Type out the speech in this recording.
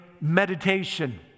meditation